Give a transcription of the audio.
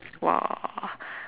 !wah!